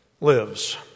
lives